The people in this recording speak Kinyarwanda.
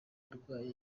arwaye